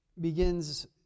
begins